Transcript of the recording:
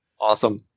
Awesome